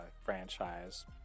franchise